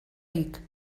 ric